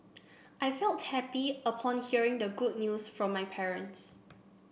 I felt happy upon hearing the good news from my parents